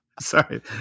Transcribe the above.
Sorry